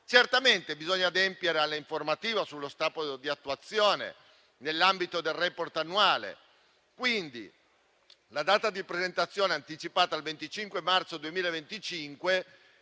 Certamente bisogna adempiere all'informativa sullo stato di attuazione nell'ambito del *report* annuale, quindi la data di presentazione anticipata al 25 marzo 2025